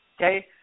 Okay